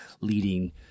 leading